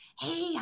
hey